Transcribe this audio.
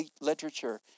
literature